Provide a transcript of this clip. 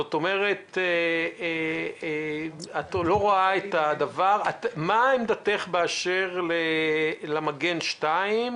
מה עמדתך בקשר למגן 2?